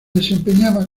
desempeñaba